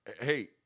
hey